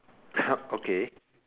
okay